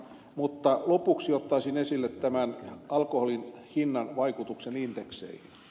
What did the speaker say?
mutta lopuksi ottaisin esille tämän alkoholin hinnan vaikutuksen indekseihin